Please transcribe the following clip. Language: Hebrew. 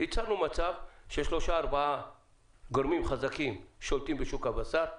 יצרנו מצב ששלושה-ארבעה גורמים חזקים שולטים בשוק הבשר והפטם,